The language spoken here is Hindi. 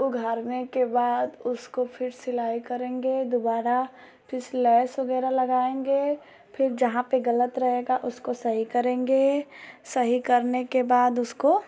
उघाड़ने के बाद उसको फिर सिलाई करेंगे दोबारा फिर से लेस वग़ैरह लगाएँगे फिर जहाँ पर गलत रहेगा उसको सही करेंगे सही करने के बाद उसको